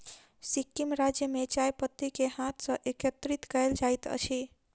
सिक्किम राज्य में चाय पत्ती के हाथ सॅ एकत्रित कयल जाइत अछि